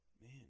man